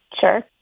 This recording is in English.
Sure